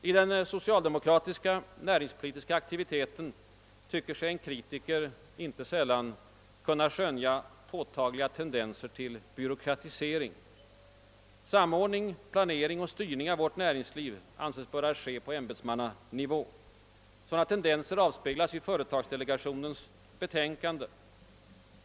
I den socialdemokratiska, näringspolitiska aktiviteten tycker sig en kritiker inte sällan kunna skönja påtagliga tendenser till byråkratisering. Samordning, planering och styrning av vårt näringsliv anses böra ske på ämbetsmannanivå. Sådana tendenser avspeglas i företagsdelegationens betänkande.